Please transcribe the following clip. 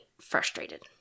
frustrated